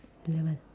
eleven